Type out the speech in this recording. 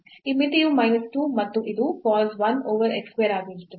ಈ ಮಿತಿಯು minus 2 ಮತ್ತು ಇದು cos 1 over x square ಆಗಿರುತ್ತದೆ